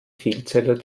vielzeller